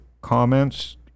comments